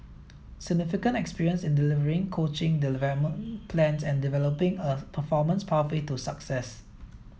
significant experience in delivering coaching development plans and developing a performance pathway to success